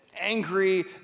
angry